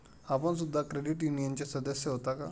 आपण सुद्धा क्रेडिट युनियनचे सदस्य होता का?